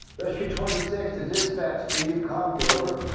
rescue twenty six to dispatch, do you copy? over.